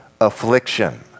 affliction